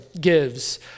gives